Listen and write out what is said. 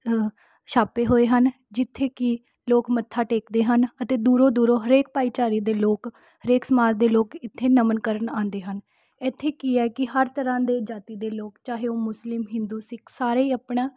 ਛਾਪੇ ਹੋਏ ਹਨ ਜਿੱਥੇ ਕਿ ਲੋਕ ਮੱਥਾ ਟੇਕਦੇ ਹਨ ਅਤੇ ਦੂਰੋਂ ਦੂਰੋਂ ਹਰੇਕ ਭਾਈਚਾਰੇ ਦੇ ਲੋਕ ਹਰੇਕ ਸਮਾਜ ਦੇ ਲੋਕ ਇੱਥੇ ਨਮਨ ਕਰਨ ਆਉਂਦੇ ਹਨ ਇੱਥੇ ਕੀ ਹੈ ਕਿ ਹਰ ਤਰ੍ਹਾਂ ਦੇ ਜਾਤੀ ਦੇ ਲੋਕ ਚਾਹੇ ਉਹ ਮੁਸਲਿਮ ਹਿੰਦੂ ਸਿੱਖ ਸਾਰੇ ਹੀ ਆਪਣਾ